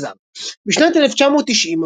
המנזר בשנת 1990,